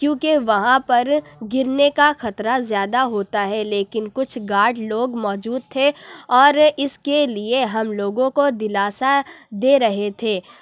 کیونکہ وہاں پر گرنے کا خطرہ زیادہ ہوتا ہے لیکن کچھ گارڈ لوگ موجود تھے اور اس کے لیے ہم لوگوں کو دلاسا دے رہے تھے